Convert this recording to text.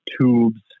tubes